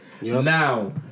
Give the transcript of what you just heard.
Now